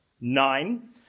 Nine